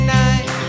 night